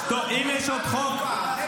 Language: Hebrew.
זה רק --- דחופה.